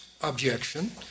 objection